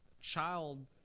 child-